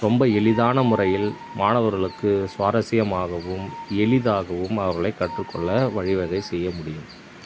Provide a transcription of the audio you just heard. ரொம்ப எளிதான முறையில் மாணவர்களுக்கு சுவாரசியமாகவும் எளிதாகவும் அவர்களை கற்றுக்கொள்ள வழிவகை செய்ய முடியும்